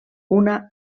una